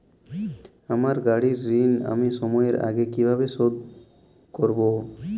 আমার গাড়ির ঋণ আমি সময়ের আগে কিভাবে পরিশোধ করবো?